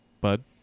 Bud